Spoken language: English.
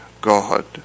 God